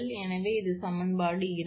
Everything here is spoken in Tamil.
எனவே இது சமன்பாடு இரண்டு